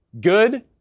Good